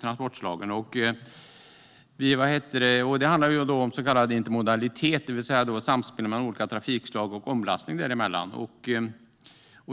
transportslag. Det handlar om så kallad intermodalitet, det vill säga samspel mellan olika trafikslag och omlastning däremellan.